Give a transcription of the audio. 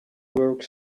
work